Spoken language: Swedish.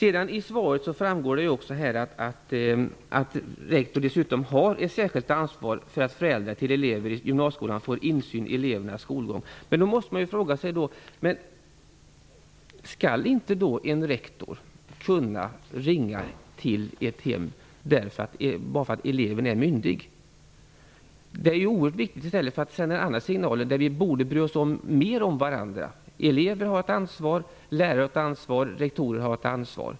Av svaret framgår dessutom att rektor har ett särskilt ansvar för att föräldrar till elever i gymnasieskolan får insyn i elevernas skolgång. Men är då en rektor bara därför att eleven är myndig tvungen att avstå från att ringa till hemmet? Det är oerhört viktigt att i stället sända signaler som visar att vi bryr oss mer om varandra. Elever, lärare och rektor har alla ett ansvar.